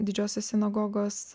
didžiosios sinagogos